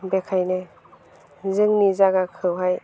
बेनिखायनो जोंनि जायगाखौहाय